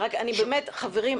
חברים,